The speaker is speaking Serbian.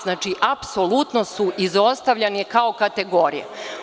Znači, apsolutno su izostavljeni kao kategorija.